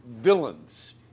villains